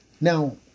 Now